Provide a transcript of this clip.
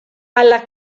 alla